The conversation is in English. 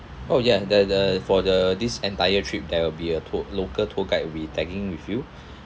oh ya the the for the this entire trip there will be a tou~ local tour guide who'll be tagging with you